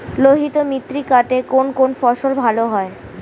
লোহিত মৃত্তিকাতে কোন কোন শস্য ভালো হয়?